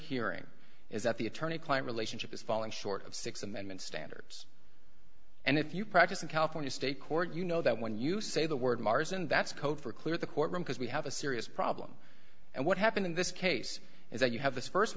hearing is that the attorney client relationship is falling short of sixth amendment standards and if you practice in california state court you know that when you say the word mars and that's code for clear the court room because we have a serious problem and what happened in this case is that you have this first